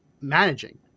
managing